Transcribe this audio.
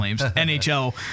NHL